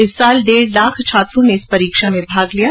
इस साल डेढ लाख छात्रों ने इस परीक्षा में भाग लिया था